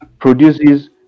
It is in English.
produces